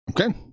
Okay